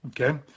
Okay